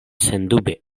sendube